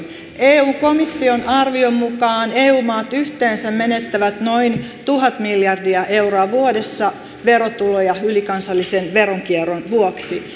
eu komission arvion mukaan eu maat yhteensä menettävät noin tuhat miljardia euroa vuodessa verotuloja ylikansallisen veronkierron vuoksi